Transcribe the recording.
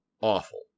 Awful